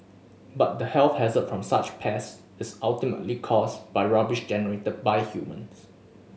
but the health hazard from such pests is ultimately caused by rubbish generated by humans